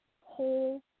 Whole